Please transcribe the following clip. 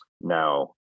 Now